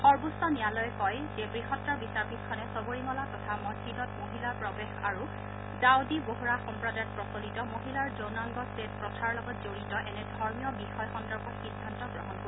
সৰ্বোচ্চ ন্যায়ালয়ে কয় যে বৃহত্তৰ বিচাৰপীঠখনে শবৰীমলা তথা মছজিদত মহিলাৰ প্ৰৱেশ আৰু দাউদি বোহৰা সম্প্ৰদায়ত প্ৰচলিত মহিলাৰ যৌনাংগছেদ প্ৰথাৰ লগত জড়িত এনে ধৰ্মীয় বিষয় সন্দৰ্ভত সিদ্ধান্ত গ্ৰহণ কৰিব